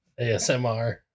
ASMR